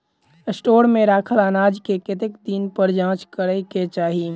Store मे रखल अनाज केँ कतेक दिन पर जाँच करै केँ चाहि?